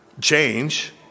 change